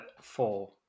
Four